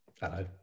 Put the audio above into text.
Hello